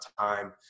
time